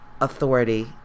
authority